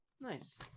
Nice